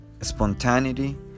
spontaneity